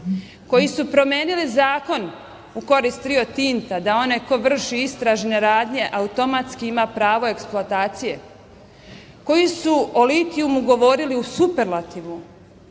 koji su promenili zakon u korist Rio Tinta, da onaj ko vrši istražne radnje, automatski ima pravo eksploatacije, koji su o litijumu govorili u superlativu